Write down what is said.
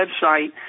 website